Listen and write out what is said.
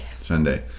Sunday